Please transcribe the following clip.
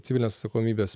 civilinės atsakomybės